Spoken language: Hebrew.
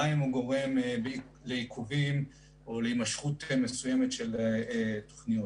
גם אם זה גורם לעיכובים ולהתמשכות מסוימת של תוכניות.